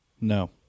no